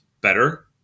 better